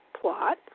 plot